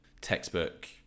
textbook